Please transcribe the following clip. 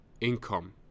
income